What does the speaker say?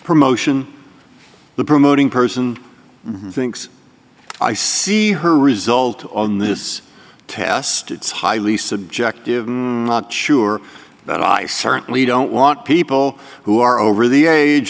promotion the promoting person thinks i see her result on this test it's highly subjective not sure but i certainly don't want people who are over the age